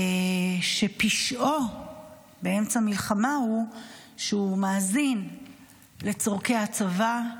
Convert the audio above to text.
שפשעו באמצע מלחמה הוא שהוא מאזין לצורכי הצבא,